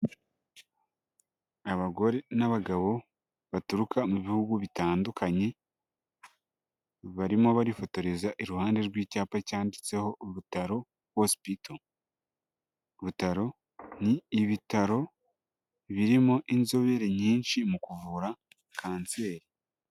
Abagore n'abagabo baturuka mu bihugu bitandukanye, barimo barifotoreza iruhande rw'icyapa cyanditseho Butaro hospital, Butaro ni ibitaro birimo inzobere nyinshi mu kuvura kanseri.